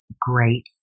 Great